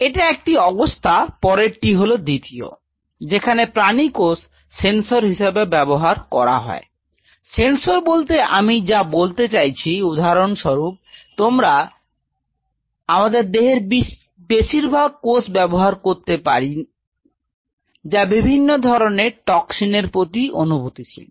এটা একটি অবস্থা পরেরটি হল দ্বিতীয় যেখানে প্রানীকোষ সেন্সর হিসেবে ব্যবহার করা হয় সেন্সর বলতে আমি যা বলতে চাই উদাহরণস্বরূপ তোমরা আমদের দেহের বেশিরভাগ কোষ ব্যাবহার করতে পারি যা বিভিন্ন বিষের প্রতি অনুভুতিশীল